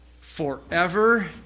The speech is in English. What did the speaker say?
forever